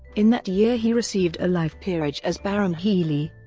in that year he received a life peerage as baron healey,